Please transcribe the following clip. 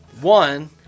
One